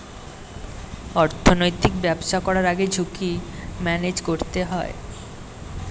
অর্থনৈতিক ব্যবসা করার আগে ঝুঁকি ম্যানেজ করতে হয়